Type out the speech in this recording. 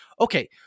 Okay